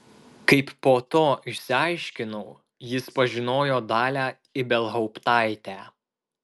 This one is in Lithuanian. kaip po to išsiaiškinau jis pažinojo dalią ibelhauptaitę